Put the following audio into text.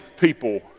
people